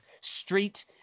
street